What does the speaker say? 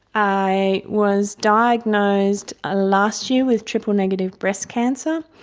i was diagnosed ah last year with triple negative breast cancer.